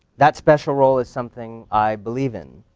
that special role is something i believe in.